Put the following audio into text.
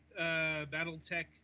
BattleTech